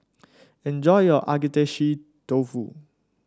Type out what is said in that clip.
enjoy your Agedashi Dofu